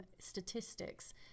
statistics